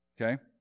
Okay